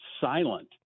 silent